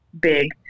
big